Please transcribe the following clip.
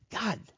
God